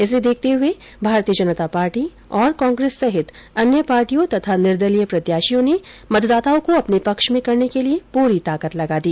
इसे देखते हुए भारतीय जनता पार्टी कांग्रेस सहित अन्य पार्टियों तथा निदर्लीय प्रत्याषियों ने मतदाताओं को अपने पक्ष में करने के लिए पूरी ताकत लगा दी